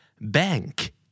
Bank